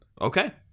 Okay